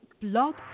Blog